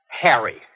Harry